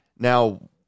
Now